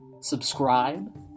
subscribe